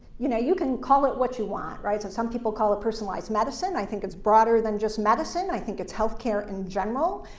you know, you can call it what you want. right? so some people call it personalized medicine. i think it's broader than just medicine. i think it's health care in general.